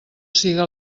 siga